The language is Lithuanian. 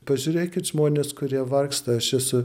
pažiūrėkit žmonės kurie vargsta aš esu